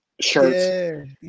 shirts